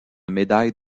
médaille